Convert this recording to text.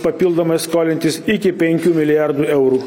papildomai skolintis iki penkių milijardų eurų